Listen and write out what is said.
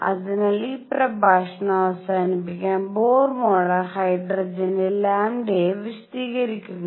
അതിനാൽ ഈ പ്രഭാഷണം അവസാനിപ്പിക്കാൻ ബോർ മോഡൽ ഹൈഡ്രജന്റെ ലാംഡയെ വിശദീകരിക്കുന്നു